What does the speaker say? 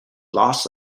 loss